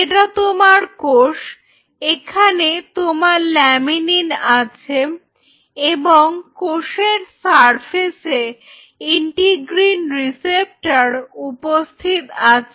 এটা তোমার কোষ এখানে তোমার ল্যামিনিন আছে এবং কোষের সারফেসে ইন্টিগ্রিন রিসেপ্টর উপস্থিত আছে